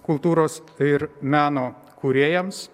kultūros ir meno kūrėjams